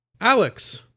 Alex